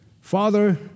Father